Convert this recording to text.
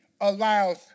allows